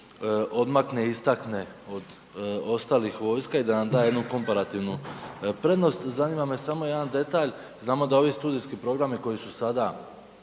odmakne i istakne od ostalih vojska i da nam da jednu komparativnu prednost. Zanima me samo jedan detalj, znamo da ovi studijski programi koji su sada